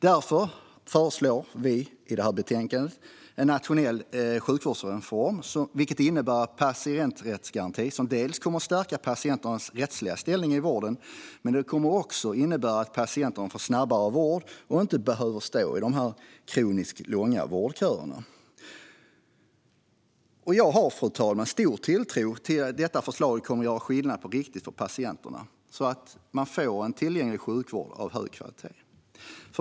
Därför föreslår vi i detta betänkande en nationell sjukvårdsreform, vilket innebär en patienträttsgaranti som kommer att stärka patienternas rättsliga ställning i vården. Men det kommer också att innebära att patienterna får snabbare vård och inte behöver stå i dessa kroniskt långa vårdköer. Fru talman! Jag har stor tilltro till att detta förslag kommer att göra skillnad på riktigt för patienterna, så att de får en tillgänglig sjukvård av hög kvalitet.